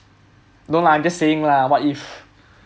no lah I'm just saying lah what if